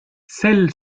sel